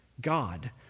God